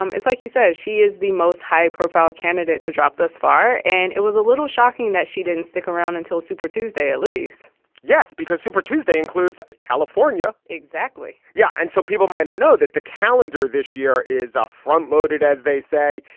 um like you said, she is the most high profile candidate to drop this far. and it was a little shocking that she didn't stick around until super tuesday, elise yes, because super tuesday includes a california. exactly. yeah. and so people might not know that the calendar this year is a front-loaded, as they say.